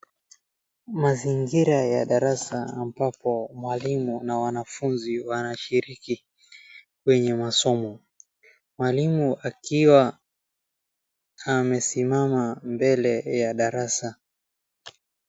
Mazingira ya darasa ambapo mwalimu na wanafunzi wanashiriki kwenye masomo .Mwalimu akiwa amesimama mbele ya darasa.